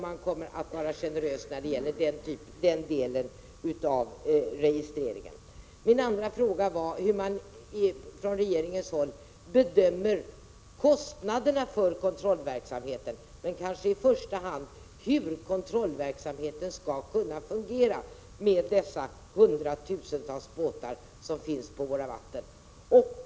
Kommer regeringen att vara generös när det gäller den E register Min andra fråga var hur man från regeringens håll bedömer kostnaderna för kontrollverksamheten — och i första hand hur kontrollverksamheten skall kunna fungera med dessa hundratusentals båtar som finns på våra vatten.